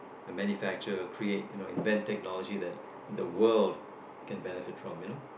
and manufacture create you know invent technology that the world can benefit from you know